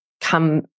come